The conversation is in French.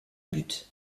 but